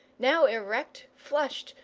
now erect, flushed,